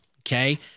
Okay